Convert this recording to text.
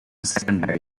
secondary